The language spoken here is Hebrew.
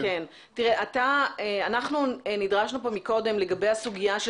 אנחנו נדרשנו כאן קודם לגבי הסוגיה של